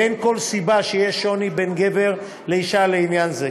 ואין כל סיבה שיהיה שוני בין גבר לאישה לעניין זה.